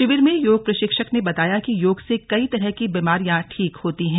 शिविर में योग प्रशिक्षक ने बताया कि योग से कई तरह की बीमारियां ठीक होती हैं